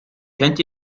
könnt